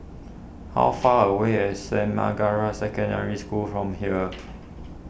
how far away is Saint Margaret's Secondary School from here